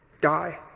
die